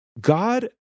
God